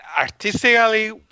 artistically